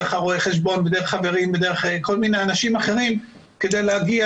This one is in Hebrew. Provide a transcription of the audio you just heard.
דרך רואה החשבון ודרך חברים ודרך כל מיני אנשים אחרים כדי להגיע